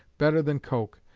better than coke,